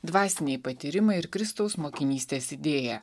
dvasiniai patyrimai ir kristaus mokinystės idėja